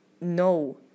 no